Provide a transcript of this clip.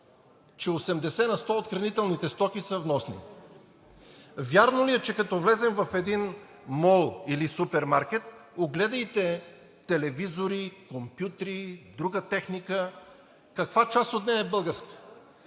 80 на 100 от хранителните стоки са вносни. Вярно ли е, че като влезеш в един мол или супермаркет – огледайте телевизори, компютри, друга техника, каква част от нея е българска?